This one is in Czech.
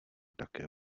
také